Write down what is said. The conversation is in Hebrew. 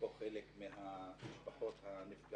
נמצאות פה חלק מהמשפחות הנפגעות,